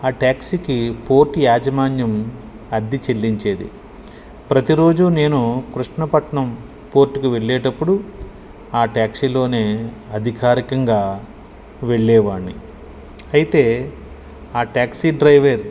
ఆ ట్యాక్సీకి పోర్ట్ యాజమాన్యం అద్దె చెల్లించేది ప్రతిరోజు నేను కృష్ణపట్నం పోర్టుకి వెళ్ళేటప్పుడు ఆ ట్యాక్సీలోనే అధికారికంగా వెళ్ళేవాడ్ని అయితే ఆ ట్యాక్సీ డ్రైవర్